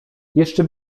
jeszcze